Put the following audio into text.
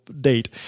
date